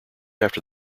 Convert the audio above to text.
after